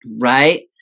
right